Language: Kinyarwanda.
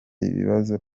ibibazo